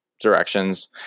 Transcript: directions